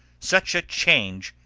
such a change,